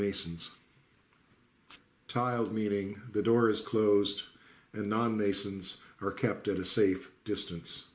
masons tiles meaning the door is closed and nominations are kept at a safe distance